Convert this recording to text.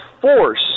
force